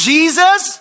Jesus